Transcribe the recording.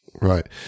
right